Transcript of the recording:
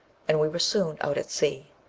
and we were soon out at sea.